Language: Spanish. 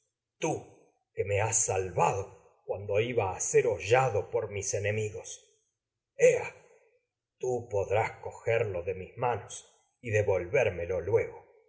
tú que me por has salvado cuando iba ser hollado mis enemigos ea tii y podrás cogerlo de mis manos y devolvérmelo eres luego